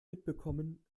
mitbekommen